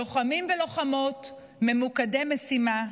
לוחמים ולוחמות ממוקדי משימה,